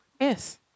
yes